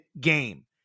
game